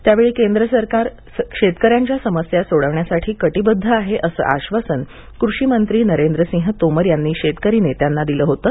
त्यावेळी केंद्र सरकार शेतकऱ्यांच्या समस्या सोडवण्यासाठी कटिबद्ध आहे असं आश्वासन कृषी मंत्री नरेंद्र सिंह तोमर यांनी शेतकरी नेत्यांना दिलं होतं